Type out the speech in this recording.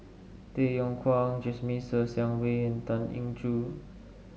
Tay Yong Kwang Jasmine Ser Xiang Wei and Tan Eng Joo